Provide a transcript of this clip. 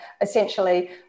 Essentially